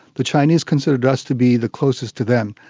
the chinese considered us to be the closest to them.